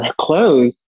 clothes